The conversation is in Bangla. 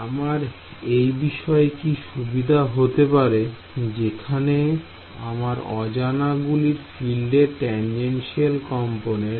আমার এই বিষয় কি সুবিধা হতে পারে যেখানে আমার অজানা গুলি ফিল্ডের টানজেনশিয়াল কম্পনেন্ট